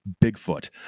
Bigfoot